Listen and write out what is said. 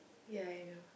ya I know